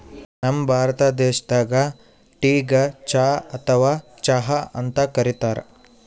ನಮ್ ಭಾರತ ದೇಶದಾಗ್ ಟೀಗ್ ಚಾ ಅಥವಾ ಚಹಾ ಅಂತ್ ಕರಿತಾರ್